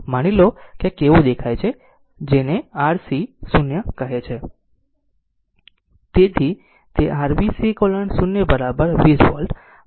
માની લો જો આ જેવો દેખાય છે તો આ તે છે જેને r c c 0 કહે છે